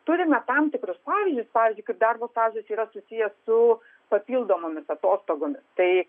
turime tam tikrus atvejus pavyzdžiui kai darbo stažas yra susiję su papildomomis atostogomis tai